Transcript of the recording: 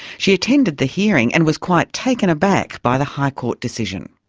she attended the hearing and was quite taken aback by the high court decision.